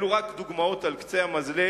אלה רק דוגמאות על קצה המזלג.